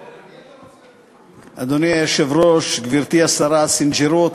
מס' 2939 ו-2943.